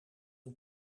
een